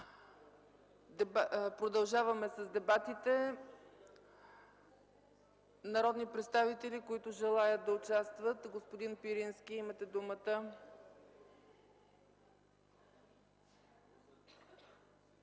Продължаваме с дебатите. Народни представители, които желаят да участват? Господин Пирински, имате думата.